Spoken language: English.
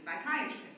psychiatrist